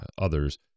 others